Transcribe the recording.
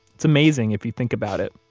it's amazing, if you think about it,